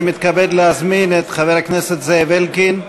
אני מתכבד להזמין את חבר הכנסת זאב אלקין.